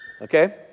Okay